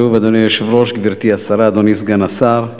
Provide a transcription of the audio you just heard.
שוב, אדוני היושב-ראש, גברתי השרה, אדוני סגן השר,